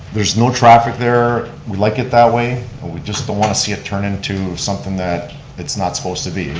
there's no traffic there, we like it that way. we just don't want to see it turned into something that it's not supposed to be.